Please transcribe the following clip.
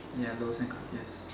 yellow sandca~ yes